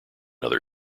other